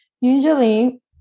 usually